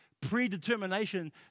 Predetermination